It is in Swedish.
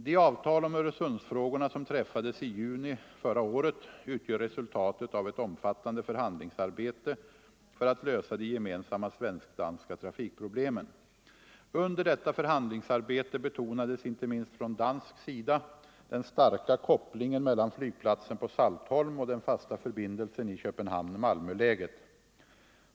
De avtal om Öresundsfrågorna som träffades i juni förra året utgör resultatet av ett omfattande förhandlingsarbete för att lösa de gemensamma svensk-danska trafikproblemen. Under detta förhandlingsarbete betonades inte minst från dansk sida den starka kopplingen mellan flygplatsen på Saltholm och den fasta förbindelsen i Köpenhamn-Malmöläget.